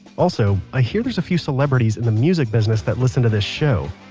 also, i hear there's a few celebrities in the music business that listen to the show.